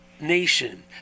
nation